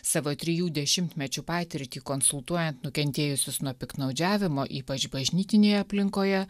savo trijų dešimtmečių patirtį konsultuojant nukentėjusius nuo piktnaudžiavimo ypač bažnytinėje aplinkoje